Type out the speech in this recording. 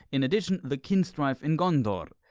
in addition the kinstrife in gondor.